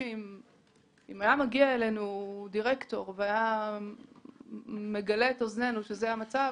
אם היה מגיע אלינו דירקטור ומגלה את אוזננו שזה המצב,